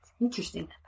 Interesting